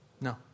No